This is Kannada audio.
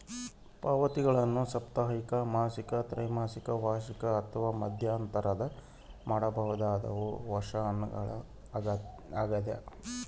ಪಾವತಿಗಳನ್ನು ಸಾಪ್ತಾಹಿಕ ಮಾಸಿಕ ತ್ರೈಮಾಸಿಕ ವಾರ್ಷಿಕ ಅಥವಾ ಮಧ್ಯಂತರದಾಗ ಮಾಡಬಹುದಾದವು ವರ್ಷಾಶನಗಳು ಆಗ್ಯದ